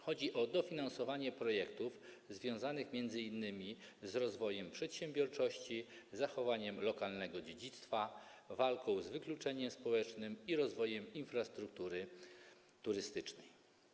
Chodzi o dofinansowanie projektów związanych m.in. z rozwojem przedsiębiorczości, zachowaniem lokalnego dziedzictwa, walką z wykluczeniem społecznym i rozwojem infrastruktury turystycznej.